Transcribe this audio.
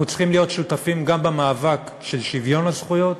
אנחנו צריכים להיות שותפים גם במאבק לשוויון בזכויות,